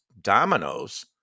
dominoes